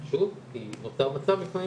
שוב, כי נוצר מצב לפעמים